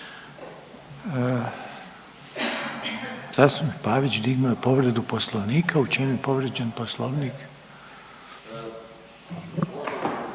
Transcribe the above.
Zastupnik Pavić dignuo je povredu Poslovnika. U čem je povrijeđen Poslovnik?